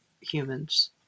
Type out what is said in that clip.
humans